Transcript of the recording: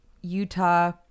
Utah